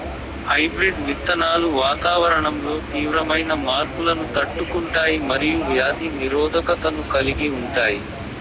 hybrid విత్తనాలు వాతావరణంలో తీవ్రమైన మార్పులను తట్టుకుంటాయి మరియు వ్యాధి నిరోధకతను కలిగి ఉంటాయి